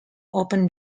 opened